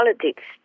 politics